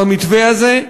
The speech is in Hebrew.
במתווה הזה,